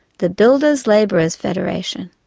the builders labourer's federation.